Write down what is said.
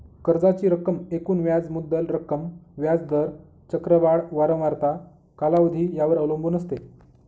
कर्जाची रक्कम एकूण व्याज मुद्दल रक्कम, व्याज दर, चक्रवाढ वारंवारता, कालावधी यावर अवलंबून असते